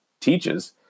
teaches